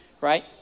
right